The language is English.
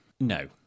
No